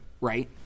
right